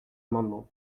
amendement